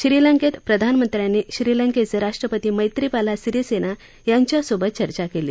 श्रीलंकेत प्रधानमंत्र्यांनी श्रीलंकेचे राष्ट्रपती मधीपाला सिरीसेना यांच्या सोबत चर्चा केली